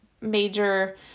major